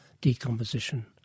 decomposition